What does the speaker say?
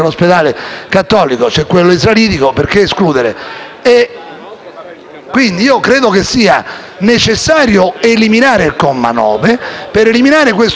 quindi che sia necessario eliminare il comma 9 per eliminare questo obbligo illegale, incostituzionale, liberale, vergognoso.